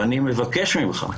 אני מבקש ממך,